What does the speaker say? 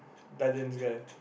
Titans this guy